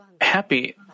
happy